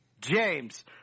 James